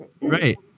right